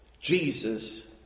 Jesus